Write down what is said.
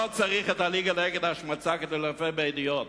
לא צריך את הליגה נגד השמצה כדי לנופף בעדויות,